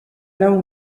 l’un